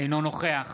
אינו נוכח